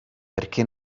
perché